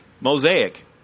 Mosaic